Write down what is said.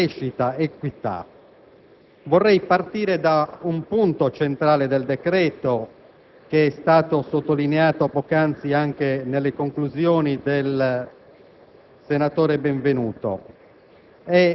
obiettivi di risanamento, crescita ed equità. Vorrei partire da un punto centrale del decreto, che è stato sottolineato poc'anzi anche nelle conclusioni del senatore